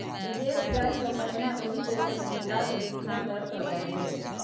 विदेश जाय सँ पहिने ओहि देशक मुद्राक विनिमय दर तँ जानि ले